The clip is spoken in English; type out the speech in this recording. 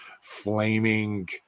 flaming